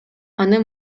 аны